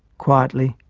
quietly,